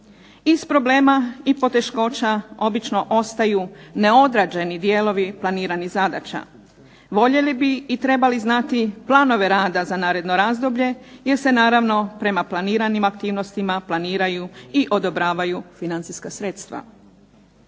Iz problema i poteškoća obično ostaju neodrađeni dijelovi planiranih zadaća. Voljeli bi i trebali znati planove rada za naredno razdoblje, jer se naravno prema planiranim aktivnostima planiraju i odobravaju financijska sredstva.